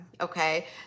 okay